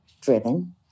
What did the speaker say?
driven